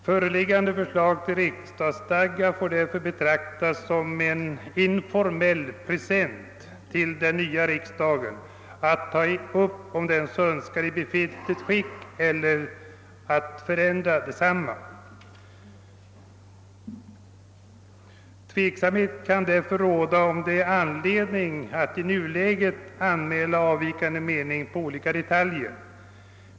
Föreliggande förslag till riksdagsstadga får därför betraktas som en informell present till den nya riksdagen att besluta om i befintligt skick eller förändra. Tveksamhet kan därför råda, huruvida det finns anledning att anmäla avvikande mening i fråga om detaljer.